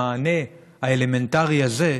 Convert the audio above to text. המענה האלמנטרי הזה,